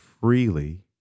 freely